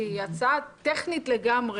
שהיא הצעה טכנית לגמרי.